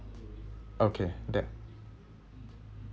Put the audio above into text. okay that